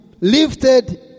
lifted